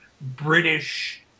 british